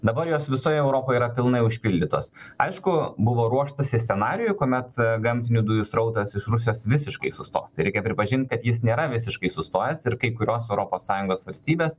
dabar jos visoje europoje yra pilnai užpildytos aišku buvo ruoštasi scenarijui kuomet gamtinių dujų srautas iš rusijos visiškai sustos tai reikia pripažinti kad jis nėra visiškai sustojęs ir kai kurios europos sąjungos valstybės